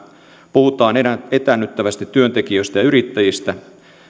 puhutaan etäännyttävästi työntekijöistä ja yrittäjistä